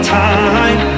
time